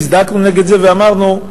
הזדעקנו נגד זה ואמרנו: